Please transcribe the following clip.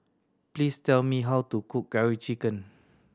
please tell me how to cook Curry Chicken